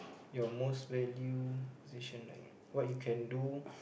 your most value possession like what you can do